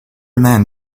man